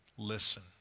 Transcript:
Listen